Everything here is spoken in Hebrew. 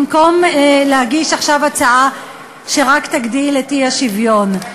במקום להגיש עכשיו הצעה שרק תגדיל את האי-שוויון.